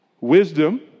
Wisdom